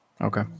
Okay